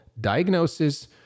diagnosis